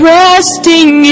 resting